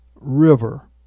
river